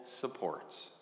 supports